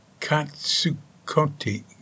Katsukoti